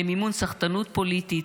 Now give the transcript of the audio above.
למימון סחטנות פוליטית,